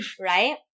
Right